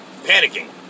panicking